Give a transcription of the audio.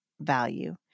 value